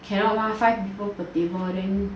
cannot mah five people per table then